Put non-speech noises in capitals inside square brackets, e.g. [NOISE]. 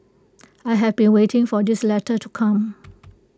I have been waiting for this letter to come [NOISE]